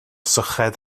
syched